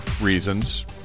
reasons